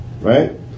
Right